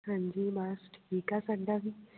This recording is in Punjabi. ਹਾਂਜੀ ਬਸ ਠੀਕ ਆ ਸਾਡਾ ਵੀ